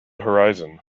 horizon